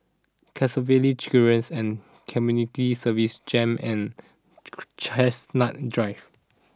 Canossaville chicken rings and Community Services Jem and Chestnut Drive